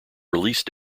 release